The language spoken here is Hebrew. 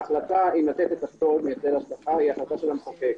ההחלטה היא של המחוקק,